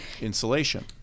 insulation